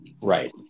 Right